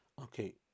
Okay